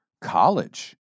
college